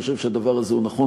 אני חושב שהדבר הזה נכון.